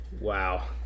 Wow